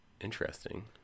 Interesting